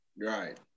Right